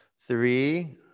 Three